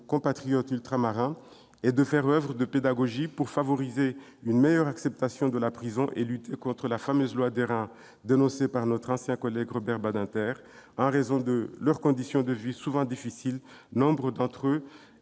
compatriotes ultramarins et de faire oeuvre de pédagogie pour faciliter une meilleure acceptation de la prison et lutter contre la fameuse loi d'airain dénoncée par notre ancien collègue Robert Badinter : en raison de leurs conditions de vie souvent difficiles, nombre d'entre eux